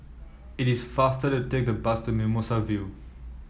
it is faster to take the bus to Mimosa View